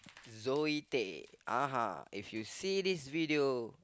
Zoey-Tay uh if you see this video